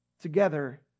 together